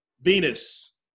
Venus